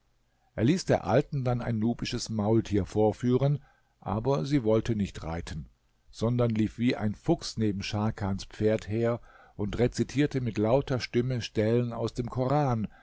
er ließ der alten dann ein nubisches maultier vorführen aber sie wollte nicht reiten sondern lief wie ein fuchs neben scharkans pferd her und rezitierte mit lauter stimme stellen aus dem koran